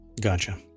gotcha